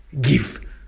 give